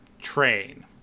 train